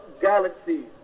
galaxies